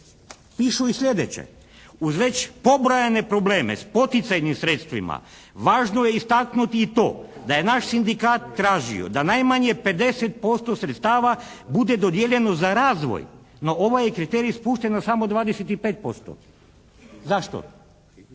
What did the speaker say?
Pišu i sljedeće. Uz već pobrojane probleme sa poticajnim sredstvima važno je istaknuti i to da je naš sindikat tražio da najmanje 50% sredstava bude dodijeljeno za razvoj. No ovaj je kriterij spušten na samo 25%. Zašto?